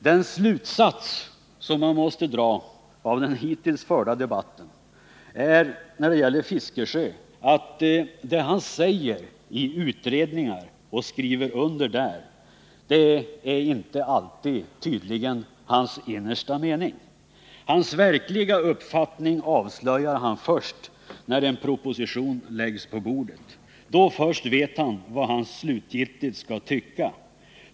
Den slutsats som man måste dra av den hittills förda debatten är att det Bertil Fiskesjö säger i utredningar och där skriver under inte alltid är hans innersta mening. Sin verkliga uppfattning avslöjar han först när en proposition läggs på bordet. Då först vet han vad han slutgiltigt skall tycka.